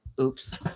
Oops